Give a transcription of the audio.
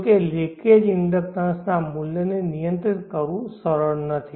જો કે લિકેજ ઇન્ડક્ટન્સના મૂલ્યને નિયંત્રિત કરવું સરળ નથી